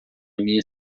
minha